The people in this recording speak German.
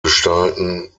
gestalten